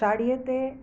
साड़ीअ ते